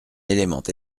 élément